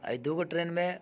एहि दूगो ट्रेनमे